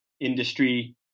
industry